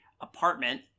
apartment